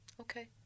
okay